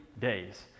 days